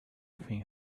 thing